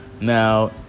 Now